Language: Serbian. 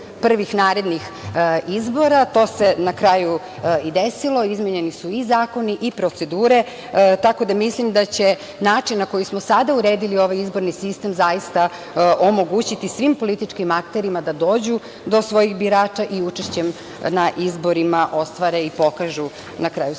To se na kraju i desilo, izmenjeni su i zakoni i procedure, tako da mislim da će način na koji smo sada uredili ovaj izborni sistem zaista omogućiti svim političkim akterima da dođu do svojih birača i učešćem na izborima ostvare i pokažu svoju političku